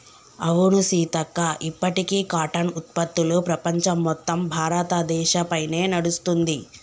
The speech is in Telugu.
అవును సీతక్క ఇప్పటికీ కాటన్ ఉత్పత్తులు ప్రపంచం మొత్తం భారతదేశ పైనే నడుస్తుంది